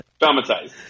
traumatized